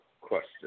question